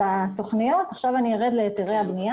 דיברתי על התוכניות ועכשיו אני ארד להיתרי הבנייה.